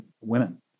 women